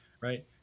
right